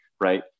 right